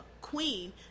queen